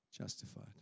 justified